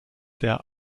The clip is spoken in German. der